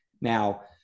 Now